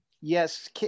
yes